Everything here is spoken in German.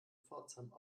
pforzheim